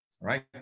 right